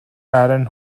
aaron